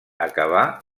acabar